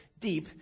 deep